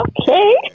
okay